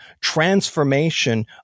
transformation